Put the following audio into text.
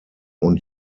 und